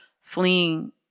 fleeing